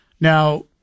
Now